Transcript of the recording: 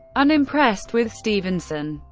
unimpressed with stevenson,